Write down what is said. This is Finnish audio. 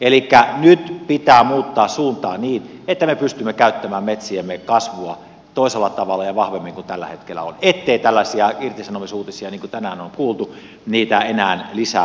elikkä nyt pitää muuttaa suuntaa niin että me pystymme käyttämään metsiemme kasvua toisella tavalla ja vahvemmin kuin tällä hetkellä on ettei tällaisia irtisanomisuutisia kuin tänään on kuultu enää lisää tulisi